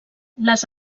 les